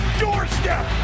doorstep